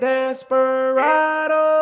Desperado